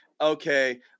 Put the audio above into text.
okay